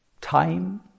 time